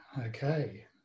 Okay